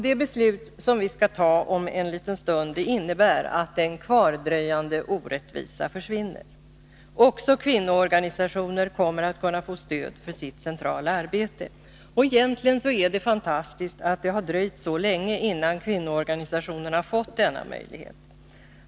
Det beslut som vi skall ta om en stund innebär att en kvardröjande orättvisa försvinner. Också kvinnoorganisationer kommer att kunna få stöd för sitt centrala arbete. Egentligen är det fantastiskt att det har dröjt så länge innan kvinnoorganisationerna fått denna möjlighet.